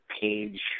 page